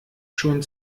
schon